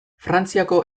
frantziako